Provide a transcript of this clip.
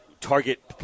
target